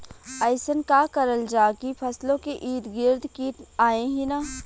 अइसन का करल जाकि फसलों के ईद गिर्द कीट आएं ही न?